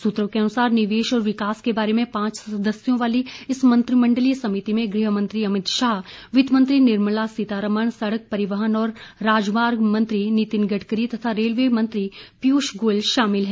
सुत्रों के अनुसार निवेश और विकास के बारे में पांच सदस्यों वाली इस मंत्रिमंडलीय समिति में गृह मंत्री अमित शाह वित्त मंत्री निर्मला सीतारमण सड़क परिवहन और राजमार्ग मंत्री नितिन गडकरी तथा रेलवे मंत्री पीयूष गोयल शामिल हैं